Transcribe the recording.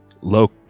low